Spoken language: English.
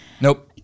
Nope